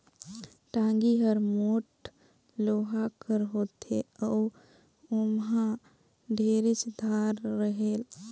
टागी हर मोट लोहा कर होथे अउ ओमहा ढेरेच धार रहेल